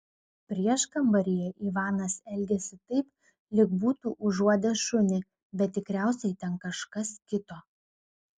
prieškambaryje ivanas elgėsi taip lyg būtų užuodęs šunį bet tikriausiai ten kažkas kito